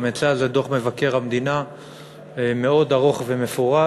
גם יצא על זה דוח מבקר המדינה מאוד ארוך ומפורט,